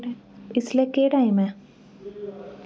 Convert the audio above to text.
इसलै केह् टाइम ऐ